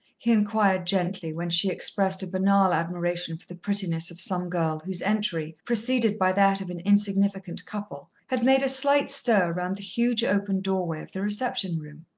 he inquired gently, when she expressed a banale admiration for the prettiness of some girl whose entry, preceded by that of an insignificant couple, had made a slight stir round the huge open doorway of the reception-room.